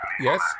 Yes